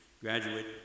graduate